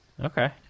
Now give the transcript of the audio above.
Okay